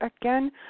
again